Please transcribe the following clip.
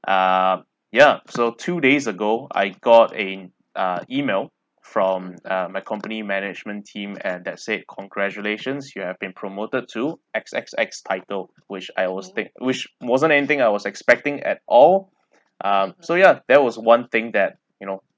ah ya so two days ago I got a ah email from uh my company management team and they said congratulations you have been promoted to X_X_X title which I will still which wasn't anything I was expecting at all uh so yeah that was one thing that you know